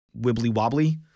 wibbly-wobbly